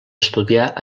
estudiar